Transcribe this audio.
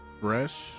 Fresh